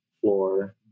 floor